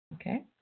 Okay